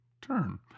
turn